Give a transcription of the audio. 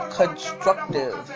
constructive